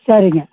சரிங்க